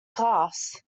class